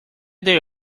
they